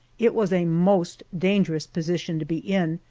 it was a most dangerous position to be in,